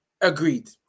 Agreed